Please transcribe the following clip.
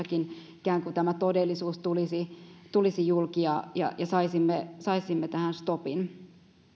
kuin sitäkin kautta tämä todellisuus tulisi tulisi julki ja ja saisimme saisimme tähän stopin